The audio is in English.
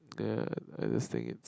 ya I will sing it